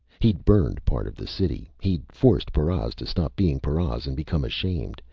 he'd burned part of the city. he'd forced paras to stop being paras and become ashamed.